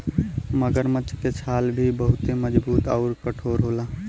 मगरमच्छ के छाल भी बहुते मजबूत आउर कठोर होला